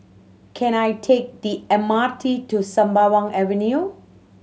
can I take the M R T to Sembawang Avenue